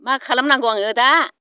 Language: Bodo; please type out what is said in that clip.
मा खालामनांगौ आङो दा